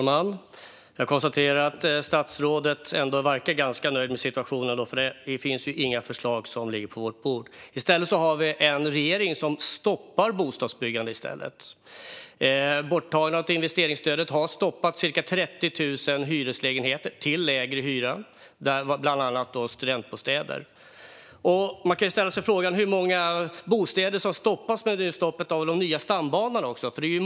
Fru talman! Statsrådet verkar ändå vara ganska nöjd med situationen. Det ligger ju inga förslag på vårt bord. I stället har vi en regering som stoppar bostadsbyggandet. Borttagandet av investeringsstödet har stoppat byggandet av cirka 30 000 hyreslägenheter med lägre hyra, bland annat studentbostäder. Hur många nybyggda bostäder stoppas också i och med stoppet av byggandet av de nya stambanorna?